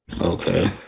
Okay